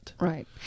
Right